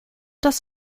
das